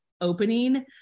opening